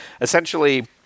essentially